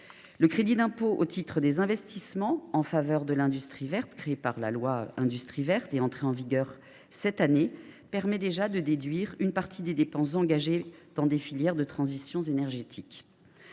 le crédit d’impôt au titre des investissements en faveur de l’industrie verte, créé par la loi relative à l’industrie verte et entré en vigueur en 2024, permet déjà de déduire une partie des dépenses engagées dans des filières de transition énergétique.